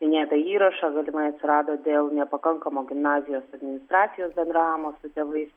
minėtą įrašą galimai atsirado dėl nepakankamo gimnazijos administracijos bendravimo su tėvais